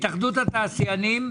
התאחדות התעשיינים.